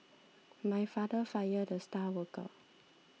my father fired the star worker